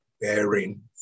bearing